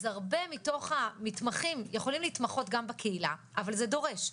אז הרבה מתוך המתמחים יכולים להתמחות גם בקהילה אבל זה דורש,